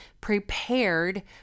prepared